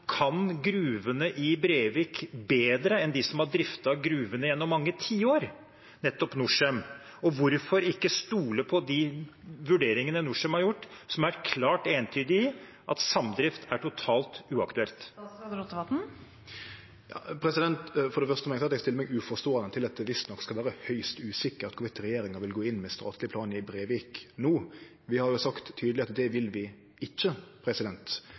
kan gruvene i Brevik bedre enn de som har driftet gruvene gjennom mange tiår, nettopp Norcem? Hvorfor ikke stole på de vurderingene Norcem har gjort, som er klart entydige i at samdrift er totalt uaktuelt? For det første må eg seie at eg stiller meg uforståande til at det visstnok skal vere høgst usikkert om regjeringa vil gå inn med statleg plan i Brevik no. Vi har jo sagt tydeleg at det vil vi ikkje.